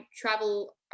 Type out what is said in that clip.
travel